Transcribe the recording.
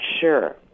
sure